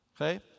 Okay